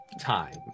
time